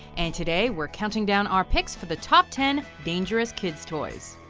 and today, we're counting down our picks, for the top ten dangerous kids toys.